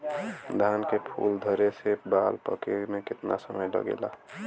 धान के फूल धरे से बाल पाके में कितना समय लागेला?